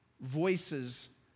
voices